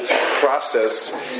process